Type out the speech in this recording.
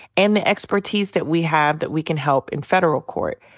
and the expertise that we have that we can help in federal court.